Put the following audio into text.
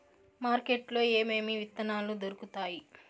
market లో ఏమేమి విత్తనాలు దొరుకుతాయి